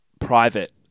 private